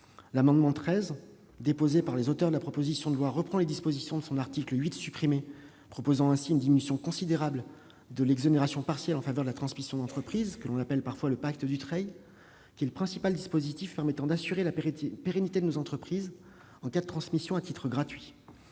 L'amendement n° 13, déposé par les auteurs de la proposition de loi, vise à reprendre les dispositions de l'article 8, supprimé en commission. Il tend à mettre en oeuvre une diminution considérable de l'exonération partielle en faveur de la transmission d'entreprise, que l'on appelle parfois le « pacte Dutreil ». Il s'agit là du principal dispositif permettant d'assurer la pérennité de nos entreprises en cas de transmission à titre gratuit